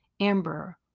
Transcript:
amber